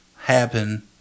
happen